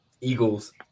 Eagles